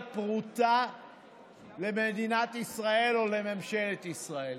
פרוטה למדינת ישראל או לממשלת ישראל.